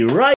right